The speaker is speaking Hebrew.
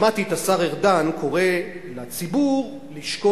שמעתי את השר ארדן קורא לציבור לשקול